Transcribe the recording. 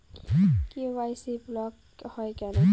KYC block হয় কেনে?